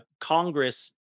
Congress